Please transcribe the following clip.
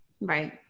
Right